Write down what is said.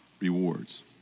rewards